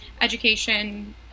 education